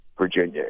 Virginia